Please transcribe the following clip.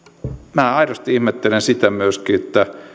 minä aidosti ihmettelen sitä myöskin